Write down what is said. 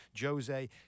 Jose